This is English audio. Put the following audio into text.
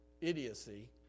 idiocy